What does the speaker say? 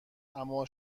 اما